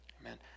Amen